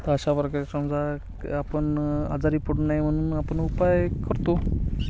तर अशा प्रकारे समजा आपण आजारी पडू नये म्हणून आपण उपाय करतो